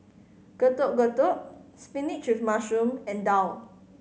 Getuk Getuk spinach with mushroom and daal